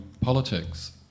politics